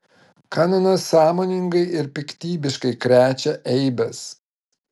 kanonas sąmoningai ir piktybiškai krečia eibes